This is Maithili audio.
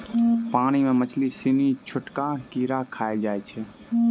पानी मे मछली सिनी छोटका कीड़ा खाय जाय छै